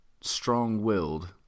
strong-willed